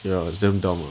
ya it's damn dumb lah